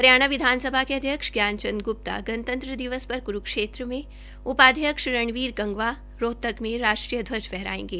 हरियाणा विधानसभा के अध्यक्ष श्री ज्ञान चंद ग्प्ता गणतन्त्र दिवस पर क्रूक्षेत्र में तथा उपाध्यक्ष श्री रणबीर गंगवा रोहतक में राष्ट्रीय फहराएंगे